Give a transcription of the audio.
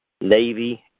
Navy